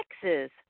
Texas